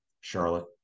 Charlotte